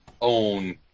own